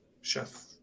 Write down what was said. Chef